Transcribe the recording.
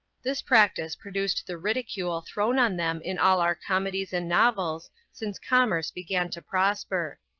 this practice produced the ridicule thrown on them in all our comedies and novels since commerce began to prosper.